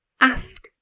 ask